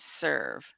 serve